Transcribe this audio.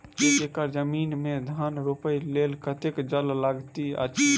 एक एकड़ जमीन मे धान रोपय लेल कतेक जल लागति अछि?